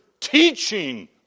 teaching